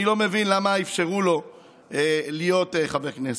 אני לא מבין למה אפשרו לו להיות חבר כנסת.